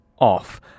off